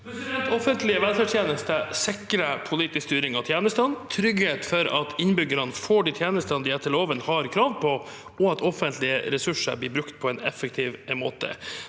Offentlige vel- ferdstjenester sikrer pålitelig styring av tjenestene, trygghet for at innbyggerne får de tjenestene de etter loven har krav på, og at offentlige ressurser blir brukt på en effektiv måte.